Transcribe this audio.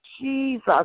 Jesus